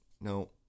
No